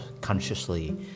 consciously